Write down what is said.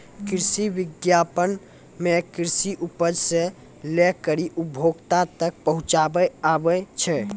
कृषि विपणन मे कृषि उपज से लै करी उपभोक्ता तक पहुचाबै आबै छै